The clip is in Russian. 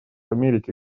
америки